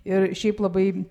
ir šiaip labai